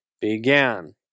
began